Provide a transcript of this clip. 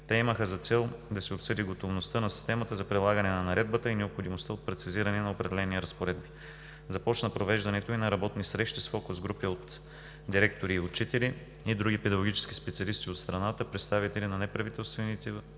Те имаха за цел да се обсъди готовността на системата за прилагане на Наредбата и необходимостта от прецизиране на определени разпоредби. Започна и провеждането на работни срещи с фокус-групи от директори и учители и други педагогически специалисти от страната, представители на неправителствените